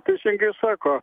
teisingai sako